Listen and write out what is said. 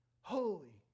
holy